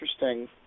interesting